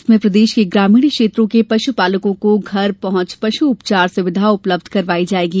इसमें प्रदेश के ग्रामीण क्षेत्रों के पशुपालकों को घर पहुँच पशु उपचार सुविधा उपलब्ध करवाई जायेगी